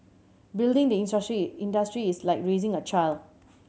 building the industry is like raising a child